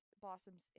blossoms